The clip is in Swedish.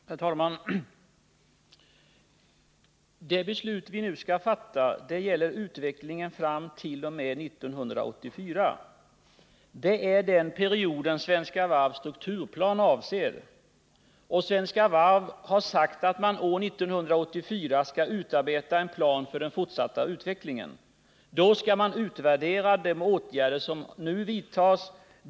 Herr talman! Det beslut vi nu skall fatta gäller utvecklingen t.o.m. 1984. Torsdagen den Det är den period som Svenska Varvs strukturplan avser. Och Svenska Varv 5 juni 1980 har sagt att år 1984 skall man utarbeta en plan för den fortsatta utvecklingen. Då skall man utvärdera de åtgärder som nu vidtas.